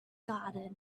garden